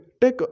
take